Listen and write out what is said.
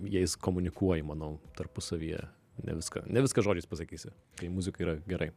jais komunikuoji manau tarpusavyje ne viską ne viską žodžiais pasakysi kai muzika yra gerai